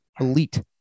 elite